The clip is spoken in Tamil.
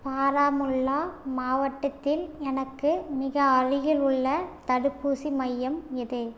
பாராமுல்லா மாவட்டத்தில் எனக்கு மிக அருகிலுள்ள தடுப்பூசி மையம் எது